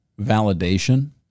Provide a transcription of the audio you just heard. validation